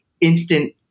instant